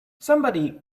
somebody